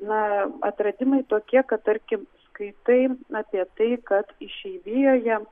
na atradimai tokie kad tarkim skaitai apie tai kad išeivijoje